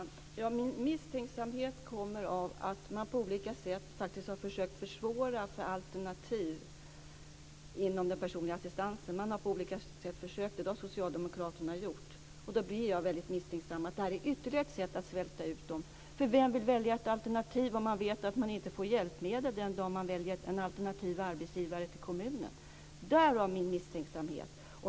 Fru talman! Min misstänksamhet kommer av att man på olika sätt har försökt att försvåra för alternativ inom ramen för den personliga assistansen. Det har socialdemokraterna gjort. Då blir jag misstänksam om att detta är ytterligare ett sätt att svälta ut dem. Vem vill välja en alternativ arbetsgivare än kommunen om man vet att man inte får hjälpmedel - därav min misstänksamhet?